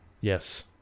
Yes